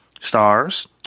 stars